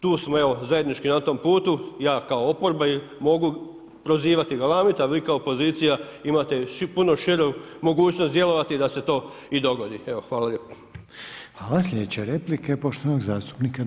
Tu smo evo zajednički na tom putu ja kao oporba i mogu prozivati i galamiti, a vi kao pozicija imate puno širu mogućnost djelovati da se to i dogodi.